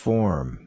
Form